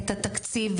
את התקציב,